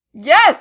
Yes